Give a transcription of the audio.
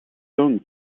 song